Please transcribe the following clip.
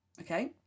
okay